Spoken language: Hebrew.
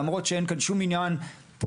למרות שאין כאן שום עניין פוליטי,